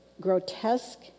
grotesque